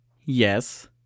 Yes